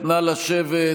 פעם אתה באופוזיציה,